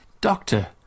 Doctor